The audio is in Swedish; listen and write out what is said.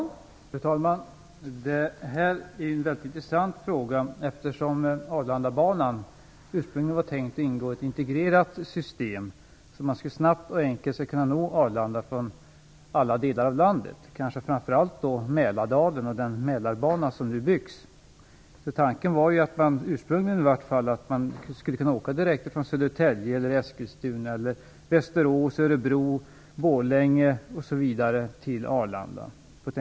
Fru talman! Det här är en väldigt intressant fråga, eftersom Arlandabanan ursprungligen var tänkt att ingå i ett integrerat system. Man skulle snabbt och enkelt kunna nå Arlanda från alla delar av landet, kanske framför allt från Mälardalen och den Mälarbana som nu byggs. Den ursprungliga tanken var ju att man på ett enkelt sätt skulle kunna åka direkt från Södertälje, Eskilstuna, Västerås, Örebro eller Borlänge till Arlanda.